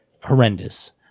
horrendous